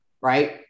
right